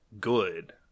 good